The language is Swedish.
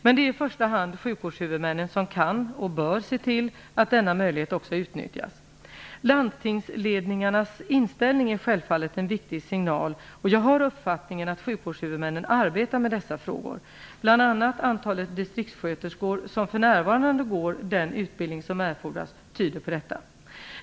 Men det är i första hand sjukvårdshuvudmännen som kan och bör se till att denna möjlighet också utnyttjas. Landstingsledningarnas inställning är självfallet en viktig signal, och jag har uppfattningen att sjukvårdshuvudmännen arbetar med dessa frågor. Bl.a. tyder antalet distriktssköterskor som för närvarande går den utbildning som erfordras på detta.